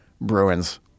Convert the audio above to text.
Bruins